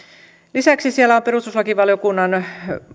lisäksi siellä on perustuslakivaliokunnan